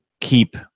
keep